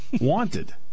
Wanted